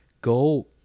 go